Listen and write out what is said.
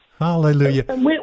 Hallelujah